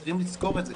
צריכים לזכור את זה,